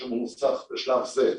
יש לנו מוסך בשלב זה,